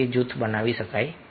જૂથ બનાવી શકે છે